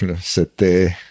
c'était